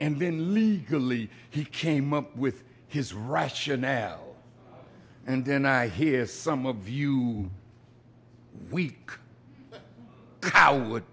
and then legally he came up with his rationale and then i hear some of you weak i would